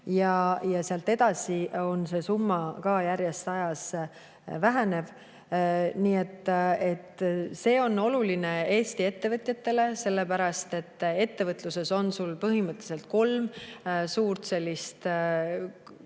Sealt edasi on see summa ka järjest ajas vähenev. [Maksuküüru kaotamine] on oluline Eesti ettevõtjatele, sellepärast et ettevõtluses on sul põhimõtteliselt kolm suurt